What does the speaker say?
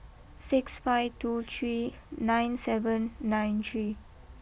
six five two three nine seven nine three